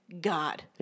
God